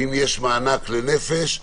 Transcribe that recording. ואם יש מענק לנפש,